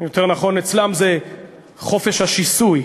יותר נכון, אצלם זה חופש השיסוי.